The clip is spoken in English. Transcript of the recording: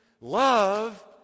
love